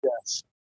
Yes